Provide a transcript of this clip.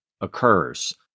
occurs